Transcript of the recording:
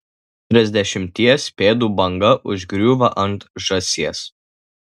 trisdešimties pėdų banga užgriūva ant žąsies